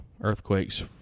earthquakes